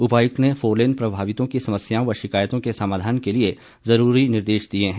उपायुक्त ने फोरलेन प्रभावितों की समस्याओं व शिकायतों के समाधान के लिए जरूरी निर्देश दिए हैं